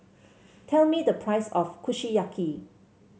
tell me the price of Kushiyaki